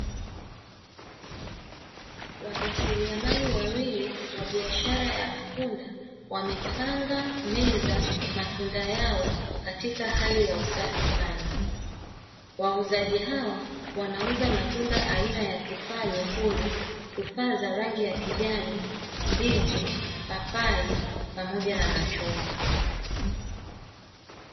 Wajasiriamali wawili wa biashara ya matunda wamepanga meza matunda yao katika hali ya usafi sana. Wauzaji hawa wanauza matunda aina ya tufaa nyekundu, tufaa za rangi ya kijani, ndizi, papai, pamoja na machungwa.